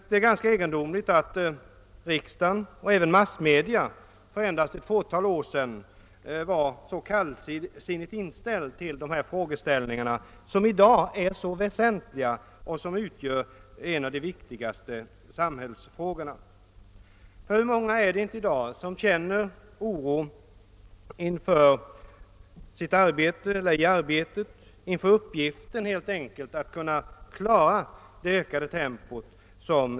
Det är ganska egendomligt att riksdagen och även massmedia för endast ett fåtal år sedan var så kallsinniga till de här frågeställningarna, som i dag är så väsentliga och utgör några av de viktigaste samhällsfrågorna. Hur många är det inte som känner oro i arbetet, helt enkelt inför uppgiften att klara det ökade tempot?